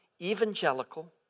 evangelical